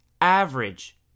average